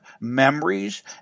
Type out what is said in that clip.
memories